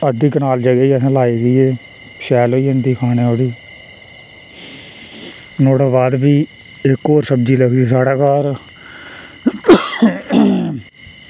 अद्धी कनाल जगह् च असें लाई दी एह् शैल होई जंदी खाने आह्ली नुआड़ै बाद फ्ही इक होर सब्ज़ी लगदी साढ़ै घर